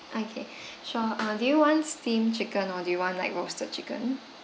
okay sure uh do you want steamed chicken or do you want like roasted chicken